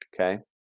Okay